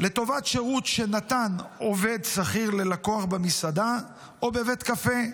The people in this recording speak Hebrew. לטובת שירות שנתן עובד שכיר ללקוח במסעדה או בבית קפה,